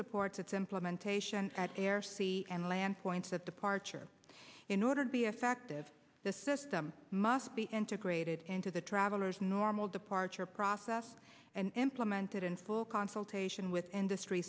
supports its implementation at air sea and land points of departure in order to be effective the system must be integrated into the traveler's normal departure process and implemented in full consultation with industry